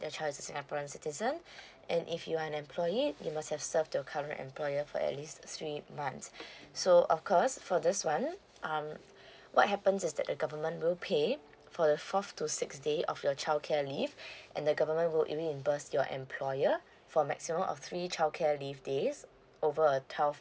your child is a singaporean citizen and if you are an employee you must have served your current employer for at least three months so of course for this one um what happens is that the government will pay for the fourth to sixth day of your childcare leave and the government will reimburse your employer for maximum of three childcare leave days over a twelve